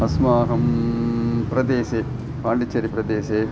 अस्माकं प्रदेशे पाण्डिचेरि प्रदेशे